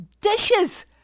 dishes